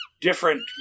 different